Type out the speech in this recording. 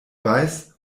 weiß